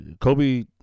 Kobe